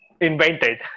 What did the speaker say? invented